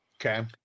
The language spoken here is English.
okay